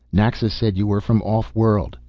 naxa said you were from off-world.